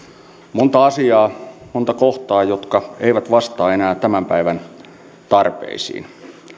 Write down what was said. monta asiaa monta kohtaa jotka eivät vastaa enää tämän päivän tarpeisiin